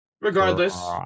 Regardless